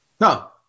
No